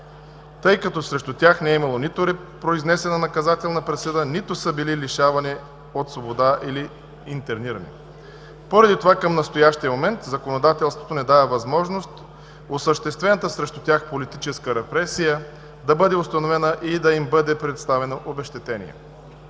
тъй като срещу тях не е имало нито произнесена наказателна присъда, нито са били лишавани от свобода или интернирани. Поради това към настоящия момент законодателството не дава възможност осъществената срещу тях политическа репресия да бъде установена и да им бъде предоставено обезщетение.